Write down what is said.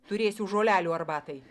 turėsiu žolelių arbatai